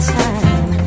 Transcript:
time